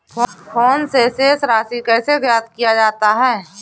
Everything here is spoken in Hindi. फोन से शेष राशि कैसे ज्ञात किया जाता है?